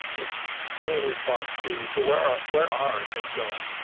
it's really in response to. so where are where are kids going?